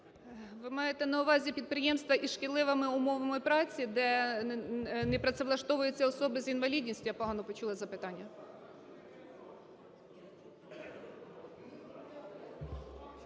Ви маєте на увазі підприємства із шкідливими умовами праці, де не працевлаштовуються особи з інвалідністю? Я погано почула запитання.